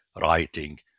writing